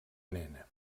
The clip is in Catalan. nena